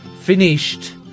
finished